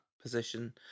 position